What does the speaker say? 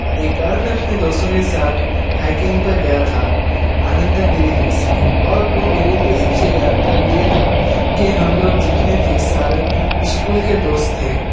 ایک بار میں اپنے دوستوں کے ساتھ ہائیکنگ پر گیا تھا آننتاگری ہیلس اور وہ میرے لئے سب سے یادگار یہ تھا کہ ہم لوگ جتنے تھے سارے اسکول کے دوست تھے